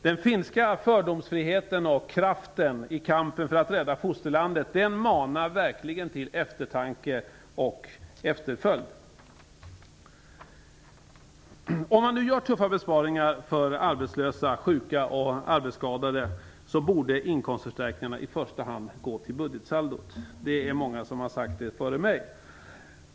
Den finska fördomsfriheten och kraften i kampen för att rädda fosterlandet manar verkligen till eftertanke och efterföljd. Om man nu genomför tuffa besparingar för arbetslösa, sjuka och arbetsskadade borde inkomstförstärkningarna i första hand gå till budgetsaldot, vilket många har sagt före mig.